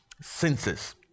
census